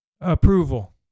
approval